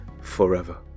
forever